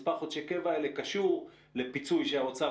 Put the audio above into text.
מספר חודשי הקבע האלה קשורים לפיצוי שהאוצר